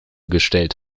gestellt